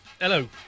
Hello